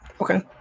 Okay